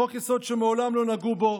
חוק-יסוד שמעולם לא נגעו בו.